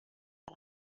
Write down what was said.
بهش